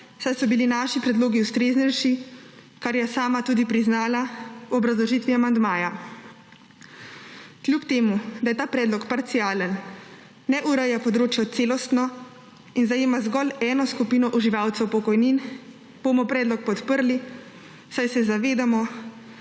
saj so bili naši predlogi ustreznejši, kar je sama tudi priznala v obrazložitvi amandmaja. Kljub temu da je ta predlog parcialen, ne ureja področja celostno in zajema zgolj eno skupino uživalcev pokojnin, bomo predlog podprli, saj se zavedamo,